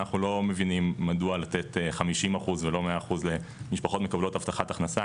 אנחנו לא מבינים מדוע לתת 50% ולא 100% למשפחות מקבלות הבטחת הכנסה.